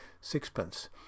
sixpence